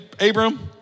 Abram